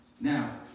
Now